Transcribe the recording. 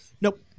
Nope